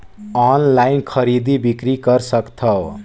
Online खरीदी बिक्री कर सकथव?